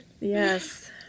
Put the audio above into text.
yes